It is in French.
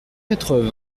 quatre